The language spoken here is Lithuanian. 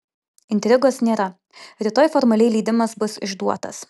intrigos nėra rytoj formaliai leidimas bus išduotas